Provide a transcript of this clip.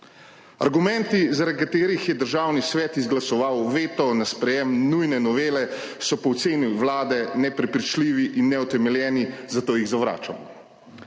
Argumenti, zaradi katerih je Državni svet izglasoval veto na sprejetje nujne novele, so po oceni Vlade neprepričljivi in neutemeljeni, zato jih zavračamo.